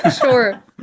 Sure